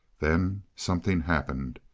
then something happened.